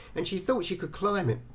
and she thought she could climb it,